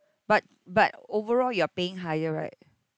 but but overall you are paying higher right